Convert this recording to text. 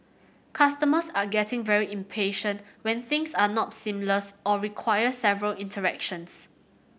customers are getting very impatient when things are not seamless or require several interactions